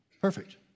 Perfect